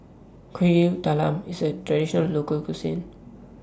Kuih Talam IS A Traditional Local Cuisine